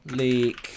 leak